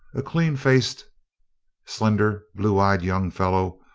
a clean-faced, slender, blue-eyed young fellow,